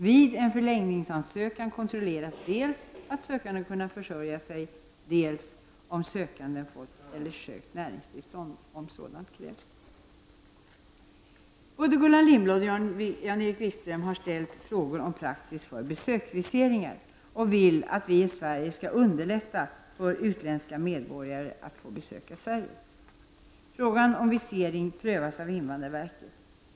Vid en förlängningsansökan kontrolleras dels att sökanden kunnat försörja sig, dels om sökanden fått eller sökt näringstillstånd om sådant krävs. Både Gullan Lindblad och Jan-Erik Wikström har ställt frågor om praxis för besöksviseringar och vill att vi i Sverige skall underlätta för utländska medborgare att få besöka Sverige. Frågan om visering prövas av invandrarverket.